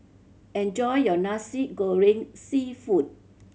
enjoy your Nasi Goreng Seafood